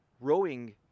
Rowing